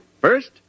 First